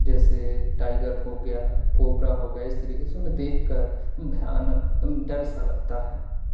جیسے ٹائیگر ہو گیا کوبرا ہو گیا اس طریقے سے انہیں دیکھ کر بھیانک ڈر سا لگتا ہے